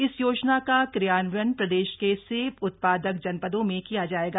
इस योजना का क्रियान्वयन प्रदेश के सेब उत्पादक जनपदों में किया जायेगा